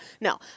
No